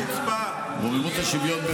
רוממות השוויון בגרונך.